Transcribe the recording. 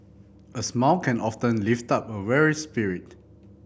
a smile can often lift up a weary spirit